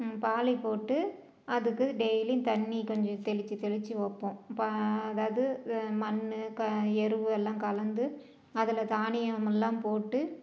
பாளி போட்டு அதுக்கு டெய்லியும் தண்ணி கொஞ்சம் தெளிச்சு தெளிச்சு வைப்போம் பா அதாவது மண்ணு க எருவு எல்லாம் கலந்து அதில் தானியம் எல்லாம் போட்டு